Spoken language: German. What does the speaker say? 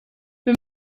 wir